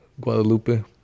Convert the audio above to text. Guadalupe